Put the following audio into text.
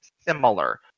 similar